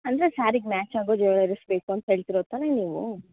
ಅಂದ ಸ್ಯಾರಿಗೆ ಮ್ಯಾಚ್ ಆಗೋ ಜ್ಯುವೆಲ್ಲರೀಸ್ ಬೇಕೂಂತ ಹೇಳ್ತಿರೊದು ತಾನೆ ನೀವು